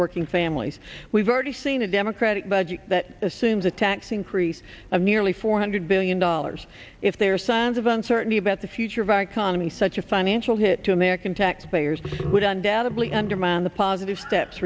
working families we've already seen a democratic budget that assumes a tax increase of nearly four hundred billion dollars if their sons of uncertainty about the future of our economy such a financial hit to american taxpayers would undoubtedly undermine the positive steps